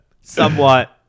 somewhat